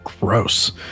Gross